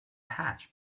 hatch